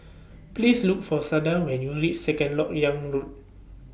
Please Look For Sada when YOU REACH Second Lok Yang Road